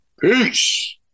Peace